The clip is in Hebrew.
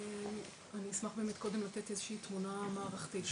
אני אשמח קודם לתת תמונה מערכתית.